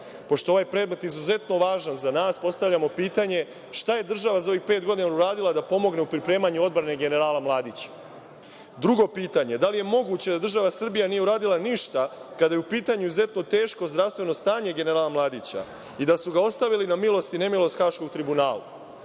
Pošto je ovaj predmet izuzetno važan za nas postavljamo pitanje - šta je država za ovih pet godina uradila da pomogne u pripremanju odbrane generala Mladića? Drugo pitanje - da li je moguće da država Srbija nije uradila ništa kada je u pitanju izuzetno teško zdravstveno stanje generala Mladića i da su ga ostavili na milost i nemilost Haškom tribunalu?